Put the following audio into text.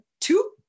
two